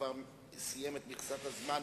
חברת הכנסת,